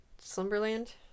Slumberland